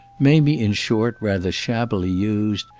mamie in short rather shabbily used,